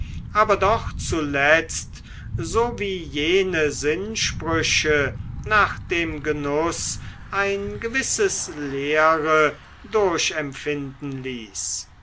aber doch zuletzt wie jene sinnsprüche nach dem genuß ein gewisses leere empfinden ließ